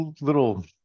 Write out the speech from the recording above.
little